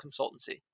consultancy